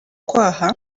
kwaha